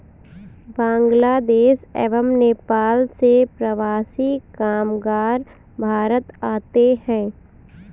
बांग्लादेश एवं नेपाल से प्रवासी कामगार भारत आते हैं